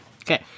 Okay